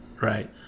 right